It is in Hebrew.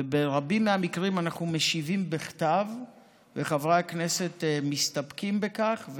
וברבים מהמקרים אנחנו משיבים בכתב וחברי הכנסת מסתפקים בכך.